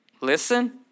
Listen